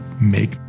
make